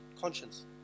Conscience